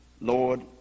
Lord